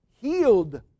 healed